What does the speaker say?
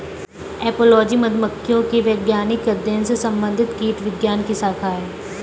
apiology मधुमक्खियों के वैज्ञानिक अध्ययन से संबंधित कीटविज्ञान की शाखा है